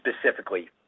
specifically